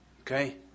Okay